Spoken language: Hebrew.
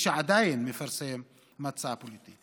מי שעדיין מפרסם מצע פוליטי.